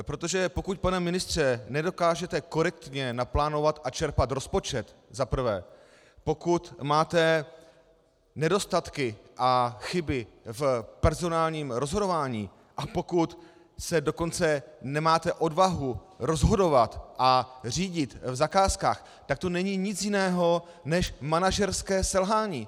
Protože pokud, pane ministře, nedokážete za prvé korektně naplánovat a čerpat rozpočet, pokud máte nedostatky a chyby v personálním rozhodování a pokud dokonce nemáte odvahu se rozhodovat a řídit v zakázkách, tak to není nic jiného než manažerské selhání.